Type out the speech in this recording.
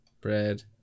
bread